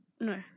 No